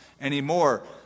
anymore